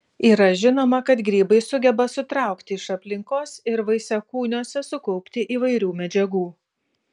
yra žinoma kad grybai sugeba sutraukti iš aplinkos ir vaisiakūniuose sukaupti įvairių medžiagų